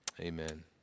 amen